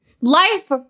Life